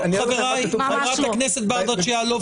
חברת הכנסת ברדץ' יאלוב,